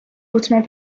hautement